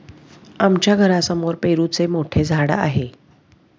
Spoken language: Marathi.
आमच्या घरासमोर पेरूचे मोठे झाड आहे